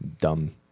dumb